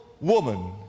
woman